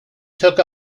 took